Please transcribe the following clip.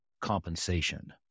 compensation